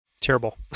Terrible